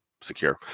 secure